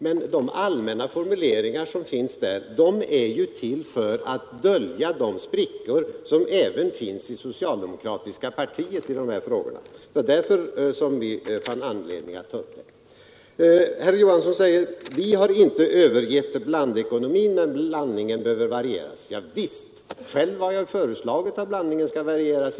Men de allmänna formuleringar som finns där är ju till för att dölja de sprickor som även finns i socialdemokratiska partiet i de här frågorna. Det var därför som vi fann anledning att ta upp saken. Statsrådet Johansson säger: Vi har inte övergivit blandekonomin, men blandningen behöver varieras. Ja visst! Själv har jag i mitt första anförande föreslagit att blandningen skall varieras.